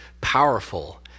powerful